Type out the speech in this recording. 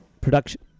production